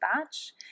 batch